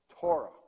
Torah